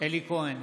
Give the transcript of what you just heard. אלי כהן,